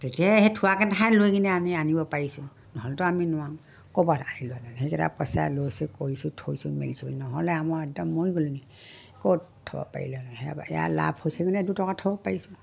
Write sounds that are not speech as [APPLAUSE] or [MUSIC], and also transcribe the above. তেতিয়াহে সেই থোৱাকেইটাহে লৈ কিনে আনি আনিব পাৰিছোঁ নহ'লেতো আমি নোৱাৰোঁ ক'ৰবাত আনিলোঁ হেতেন সেইকেইটা পইচা লৈছোঁ কৰিছোঁ থৈছোঁ মেলিছোঁ নহ'লে আমাৰ একদম মৰি গ'ল [UNINTELLIGIBLE] ক'ত থ'ব পাৰিলি হেতেন এইয়া লাভ হৈছে গুণে দুটকা থ'ব পাৰিছোঁ